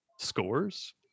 scores